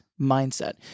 mindset